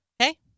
Okay